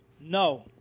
No